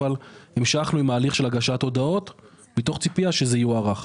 אבל המשכנו עם ההליך של הגשת הודעות מתוך ציפייה שזה יוארך